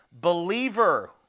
believer